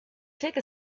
take